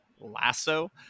Lasso